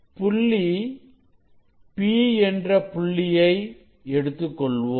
புள்ளி P என்ற புள்ளியை எடுத்துக் கொள்வோம்